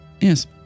Yes